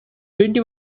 twenty